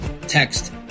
Text